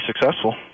successful